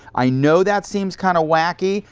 i know that seems kind of wacky,